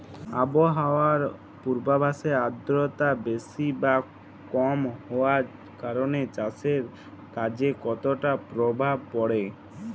আবহাওয়ার পূর্বাভাসে আর্দ্রতা বেশি বা কম হওয়ার কারণে চাষের কাজে কতটা প্রভাব পড়ে?